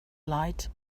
light